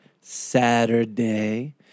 Saturday